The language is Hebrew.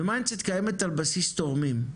ו- MindCETקיימת על בסיס תורמים.